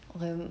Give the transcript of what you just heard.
um